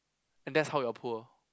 and that's how you're poor